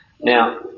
Now